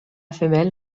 femelle